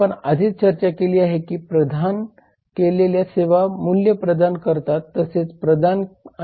आपण आधीच चर्चा केली आहे की प्रदान केलेल्या सेवा मूल्य प्रदान करतात तेच उत्पादन आणि प्रक्रिया आहे